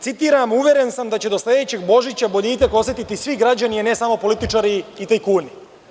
Citiram: „Uveren sam da će do sledećeg Božića boljitak osetiti svi građani, a ne samo političari i tajkuni“